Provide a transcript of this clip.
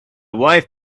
wife